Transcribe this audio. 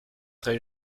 très